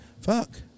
Fuck